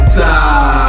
top